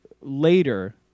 later